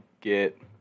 get